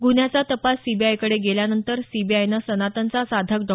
गुन्ह्याचा तपास सीबीआयकडे गेल्यानंतर सीबीआयनं सनातनचा साधक डॉ